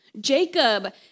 Jacob